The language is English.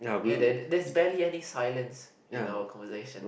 ya there there's barely any silence in our conversation